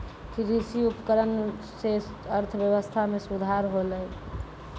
कृषि उपकरण सें अर्थव्यवस्था में सुधार होलय